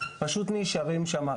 פשוט נשארות שם.